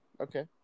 Okay